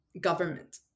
government